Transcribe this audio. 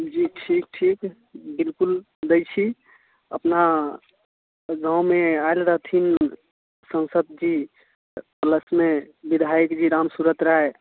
जी ठीक ठीक बिलकुल दै छी अपना गाँवमे आएल रहथिन सांसद जी प्लसमे विधायक जी रामसुरत राय